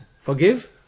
Forgive